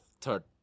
third